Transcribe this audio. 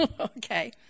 Okay